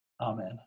Amen